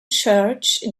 church